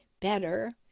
better